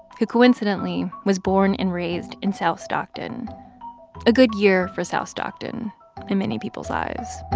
who coincidentally was born and raised in south stockton a good year for south stockton in many people's eyes